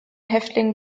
häftlingen